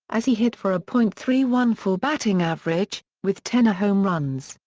as he hit for a point three one four batting average, with ten home runs,